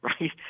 right